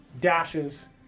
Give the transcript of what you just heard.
dashes